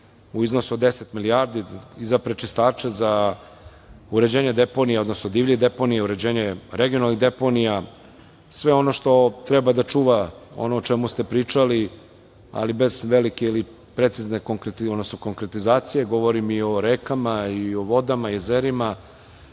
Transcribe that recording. u iznosu od 10 milijardi za prečistače, za uređenje deponija, odnosno divljih deponija, uređenje regionalnih deponija, sve ono što treba da čuva ono o čemu ste pričali, ali bez velike konkretizacije, govorim i o rekama, vodama, jezerima,